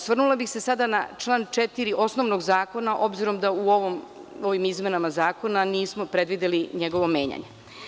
Sada bih se osvrnula na član 4. osnovnog zakona, s obzirom da u ovim izmenama zakona nismo predvideli njegovo menjanje.